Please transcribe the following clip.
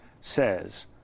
says